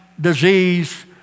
disease